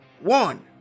one